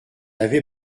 avait